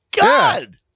god